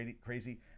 crazy